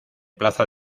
plaza